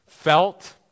felt